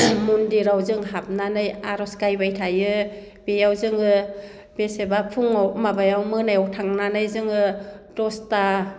मन्दिराव जों हाबनानै आर'ज गायबाय थायो बेयाव जोङो बेसेबा फुङाव माबायाव मोनायाव थांनानै जोङो दसथाफोरावसो